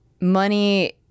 money